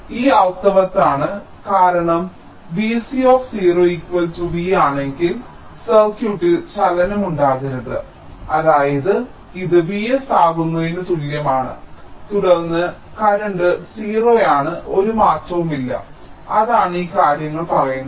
ഇത് അർത്ഥവത്താണ് കാരണം VcV ആണെങ്കിൽ സർക്യൂട്ടിൽ ചലനം ഉണ്ടാകരുത് അതായത് ഇത് Vs ആകുന്നതിന് തുല്യമാണ് തുടർന്ന് കറന്റ് 0 ആണ് ഒരു മാറ്റവുമില്ല അതാണ് ഈ കാര്യങ്ങൾ പറയുന്നത്